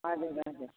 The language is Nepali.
हजुर हजुर